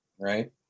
right